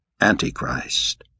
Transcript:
Antichrist